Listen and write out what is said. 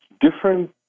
different